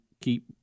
keep